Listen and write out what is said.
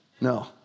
No